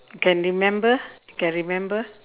can remember can remember